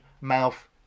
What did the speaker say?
mouth